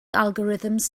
algorithms